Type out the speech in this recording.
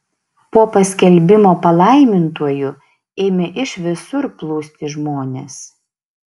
po paskelbimo palaimintuoju ėmė iš visur plūsti žmonės